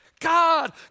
God